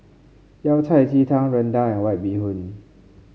Yao Cai Ji Tang rendang and White Bee Hoon